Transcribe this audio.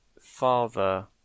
father